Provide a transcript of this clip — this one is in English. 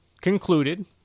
concluded